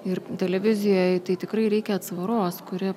ir televizijoje tai tikrai reikia atsvaros kuri